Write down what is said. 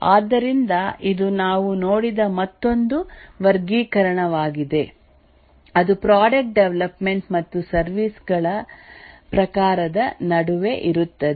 ಆದ್ದರಿಂದ ಇದು ನಾವು ನೋಡಿದ ಮತ್ತೊಂದು ವರ್ಗೀಕರಣವಾಗಿದೆ ಅದು ಪ್ರಾಡಕ್ಟ್ ಡೆವಲಪ್ಮೆಂಟ್ ಮತ್ತು ಸರ್ವಿಸಸ್ ಗಳ ಪ್ರಕಾರದ ನಡುವೆ ಇರುತ್ತದೆ